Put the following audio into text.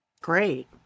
Great